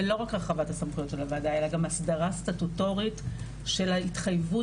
ולא רק הרחבת הסמכויות של הוועדה אלא אסדרה סטטוטורית של ההתחייבות